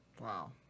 Wow